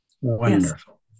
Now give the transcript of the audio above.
Wonderful